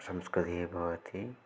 संस्कृतिः भवति